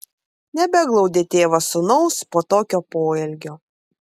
nebeglaudė tėvas sūnaus po tokio poelgio